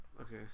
Okay